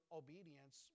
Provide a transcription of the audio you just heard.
obedience